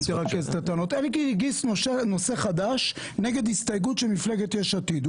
אלקין הגיש נושא חדש נגד הסתייגות של מפלגת יש עתיד.